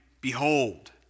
Behold